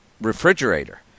refrigerator